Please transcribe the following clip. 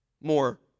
more